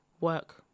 work